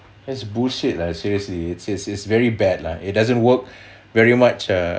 it's bullshit lah seriously it's it's it's very bad lah it doesn't work very much uh